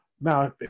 now